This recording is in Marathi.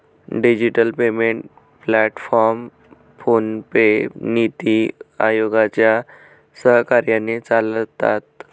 डिजिटल पेमेंट प्लॅटफॉर्म फोनपे, नीति आयोगाच्या सहकार्याने चालतात